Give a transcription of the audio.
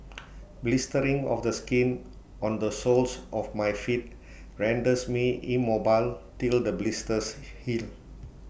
blistering of the skin on the soles of my feet renders me immobile till the blisters heal